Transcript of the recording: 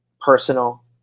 personal